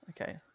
Okay